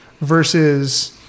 versus